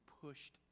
pushed